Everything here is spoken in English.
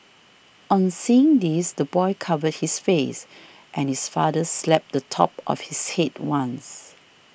on seeing this the boy covered his face and his father slapped the top of his head once